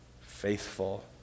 Faithful